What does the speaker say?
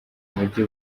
mujyi